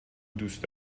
دوست